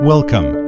Welcome